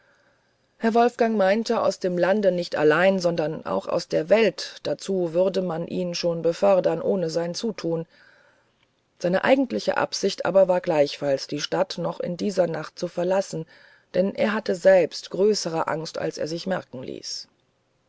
herr wolfgang meinte aus dem lande nicht allein sondern auch aus der welt dazu würde man ihn schon befördern ohne sein zutun seine eigentliche absicht aber war gleichfalls die stadt noch in dieser nacht zu verlassen denn er hatte selbst größere angst als er sich merken ließ